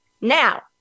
Now